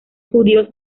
judíos